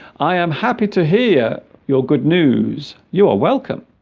i am happy to hear your good news you are welcome